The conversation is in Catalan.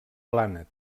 plana